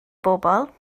bobol